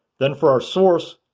then for our source,